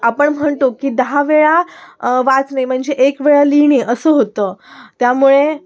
आपण म्हणतो की दहा वेळा वाचणे म्हणजे एक वेळा लिहिणे असं होतं त्यामुळे